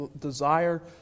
desire